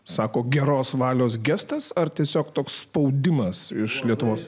sako geros valios gestas ar tiesiog toks spaudimas iš lietuvos